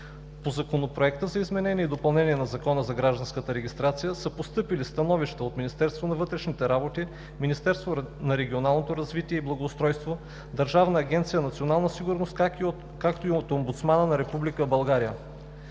По Законопроекта за изменение и допълнение на Закона за гражданската регистрация са постъпили становища от Министерството на вътрешните работи, Министерството на регионалното развитие и благоустройството, Държавната агенция „Национална сигурност“, както и от омбудсмана на Република